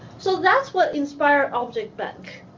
so that's what inspires objectbank.